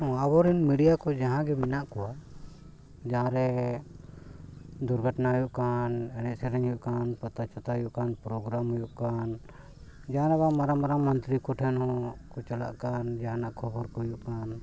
ᱟᱵᱚᱨᱮᱱ ᱢᱤᱰᱤᱭᱟ ᱠᱚ ᱡᱟᱦᱟᱸ ᱜᱮ ᱢᱮᱱᱟᱜ ᱠᱚᱣᱟ ᱡᱟᱦᱟᱸᱨᱮ ᱫᱩᱨᱜᱷᱚᱴᱚᱱᱟ ᱦᱩᱭᱩᱜ ᱠᱟᱱ ᱮᱱᱮᱡ ᱥᱮᱨᱮᱧ ᱦᱩᱭᱩᱜ ᱠᱟᱱ ᱯᱟᱛᱟ ᱪᱷᱟᱛᱟ ᱦᱩᱭᱩᱜ ᱠᱟᱱ ᱯᱨᱳᱜᱨᱟᱢ ᱦᱩᱭᱩᱜ ᱠᱟᱱ ᱡᱟᱦᱟᱱᱟᱜ ᱵᱟᱝ ᱢᱟᱨᱟᱝ ᱢᱟᱨᱟᱝ ᱢᱟᱱᱛᱨᱤ ᱠᱚᱴᱷᱮᱱ ᱦᱚᱸᱠᱚ ᱪᱟᱞᱟᱜ ᱠᱟᱱ ᱡᱟᱦᱟᱱᱟᱜ ᱠᱷᱚᱵᱚᱨ ᱠᱚ ᱦᱩᱭᱩᱜ ᱠᱟᱱ